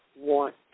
want